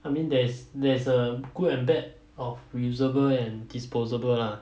I mean there's there's a good and bad of reusable and disposable lah